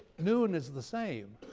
noon is the same.